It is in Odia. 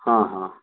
ହଁ ହଁ